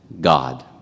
God